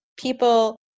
people